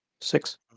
Six